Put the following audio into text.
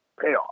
payoff